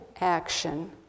action